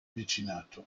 vicinato